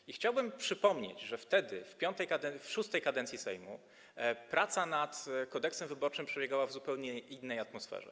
I chciałbym przypomnieć, że wtedy w V kadencji... w VI kadencji Sejmu praca nad Kodeksem wyborczym przebiegała w zupełnie innej atmosferze.